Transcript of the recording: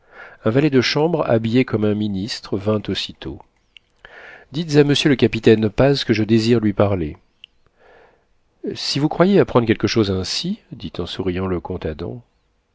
un valet de chambre habillé comme un ministre vint aussitôt dites à monsieur le capitaine paz que je désire lui parler si vous croyez apprendre quelque chose ainsi dit en souriant le